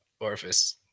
orifice